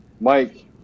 Mike